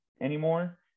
anymore